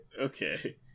okay